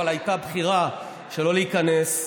אבל הייתה בחירה שלא להיכנס,